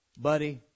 Buddy